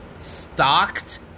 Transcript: Stocked